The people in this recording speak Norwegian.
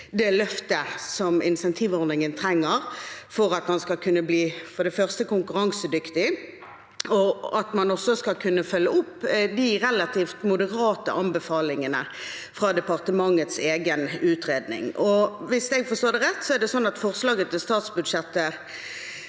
det løftet insentivordningen trenger for at den for det første skal kunne bli konkurransedyktig, og for at man skal kunne følge opp de relativt moderate anbefalingene fra departementets egen utredning. Hvis jeg forstår det rett, er det sånn at forslaget til statsbudsjett